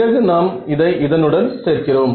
பிறகு நாம் இதை இதனுடன் சேர்க்கிறோம்